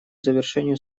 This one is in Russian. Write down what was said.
завершению